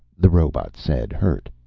the robot said, hurt.